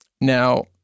Now